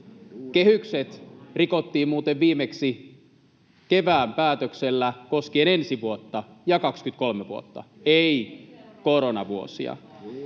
Kehykset rikottiin muuten viimeksi kevään päätöksellä koskien ensi vuotta ja vuotta 23, ei koronavuosia.